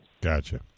Gotcha